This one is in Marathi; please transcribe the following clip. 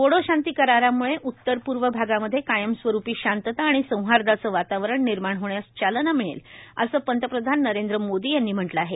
बोडो शांती करारामुळे उत्तर पूर्व भागामध्ये कायमस्वरूपी शांतता आणि सौहार्दाचं वातावरण निर्माण होण्यास चालना मिळेल असं पंतप्रधान नरेंद्र मोदी यांनी म्हटलं आहे